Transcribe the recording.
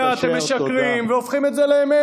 מה הבעיה, אתם משקרים והופכים את זה לאמת.